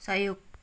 सहयोग